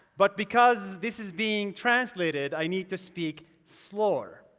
but because this is being translated, i need to speak slower.